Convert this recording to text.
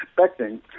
expecting